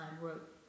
wrote